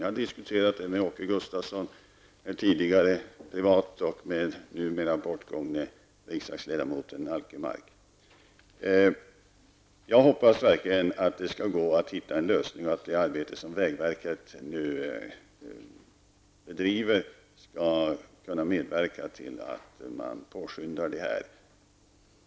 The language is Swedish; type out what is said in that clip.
Jag har diskuterat detta tidigare privat med Åke Jag hoppas verkligen att det skall gå att hitta en lösning och att det arbete som vägverket nu bedriver skall kunna medverka till att detta påskyndas.